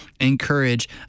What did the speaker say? encourage